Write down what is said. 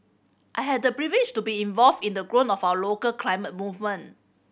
I had the privilege to be involved in the growth of our local climate movement